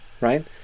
right